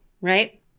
right